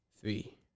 three